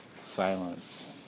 silence